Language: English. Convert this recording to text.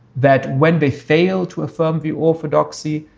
that when they fail to affirm the orthodoxy,